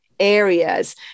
areas